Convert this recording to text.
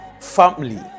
family